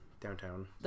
downtown